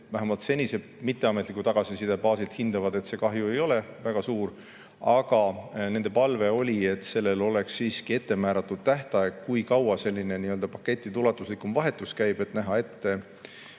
vähemalt senise mitteametliku tagasisidena hindavad, et see kahju ei ole väga suur. Aga nende palve oli, et oleks siiski ette määratud tähtaeg, kui kaua selline pakettide ulatuslikum vahetus käib. See